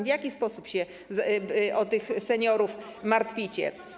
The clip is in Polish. W jaki sposób się o tych seniorów martwicie?